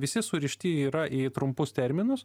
visi surišti yra į trumpus terminus